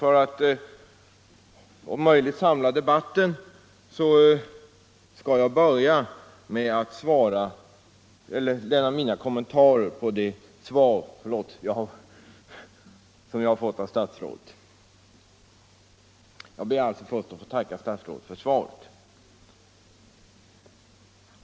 För att om möjligt samla debatten skall jag börja med att framföra mina kommentarer till det svar jag fått av statsrådet. Jag ber alltså först att få tacka statsrådet för svaret.